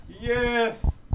Yes